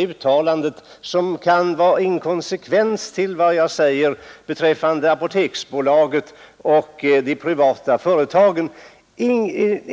uttalandet, herr Carlshamre, som innebär en inkonsekvens till vad jag sade om Apoteksbolaget och de privata företagen?